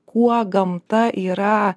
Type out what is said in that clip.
kuo gamta yra